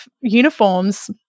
uniforms